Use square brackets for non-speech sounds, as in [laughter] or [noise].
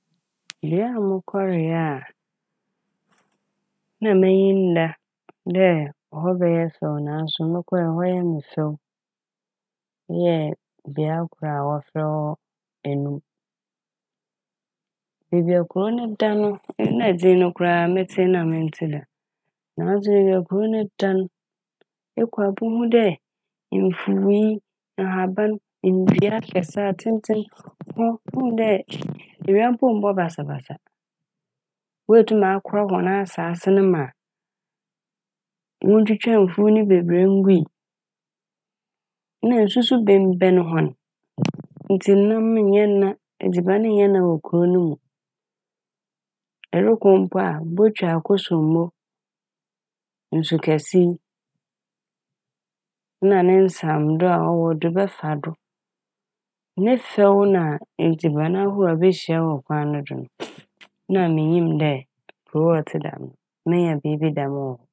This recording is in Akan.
Bea a mokɔr yɛ a na m'enyi nnda dɛ hɔ ɔbɛyɛ fɛw naaso mokɔr yɛ a hɔ yɛɛ me fɛw yɛ bea kor a wɔfrɛ hɔ Enum. Beebi a kurow ne da no na edzin no koraa metsee na menntsee da naaso beebi a kurow ne da n' ekɔ a ebohu dɛ mfuwii, ahaban, ndua akɛse, atsentsen. Hɔ muhu dɛ ewia mpo mmbɔ basabasa, woetum akora hɔn asaase ne ma wonntwitwaa mfuw ne bebree ngui. Na nsu so benbɛn hɔn ntsi nam nnyɛ na, edziban nnyɛ na wɔ kurow no mu. Ɛrokɔ mpo a botwa Akosombo nsu kɛse yi na ne nsɛndo a ɔwɔ do n' ebɛfa do. Ne fɛw na edziban ahorow a ibehyia wɔ kwan no do n' [hesitation] Na minnyim dɛ kurow a ɔtse dɛm no menya biribi dɛm wɔ hɔ.